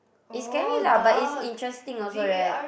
it's scary lah but it's interesting also right